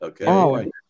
okay